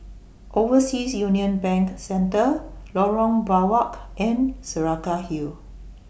Overseas Union Bank Centre Lorong Biawak and Saraca Hill